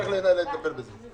כשזה יגיע לפה, צריך לטפל בזה.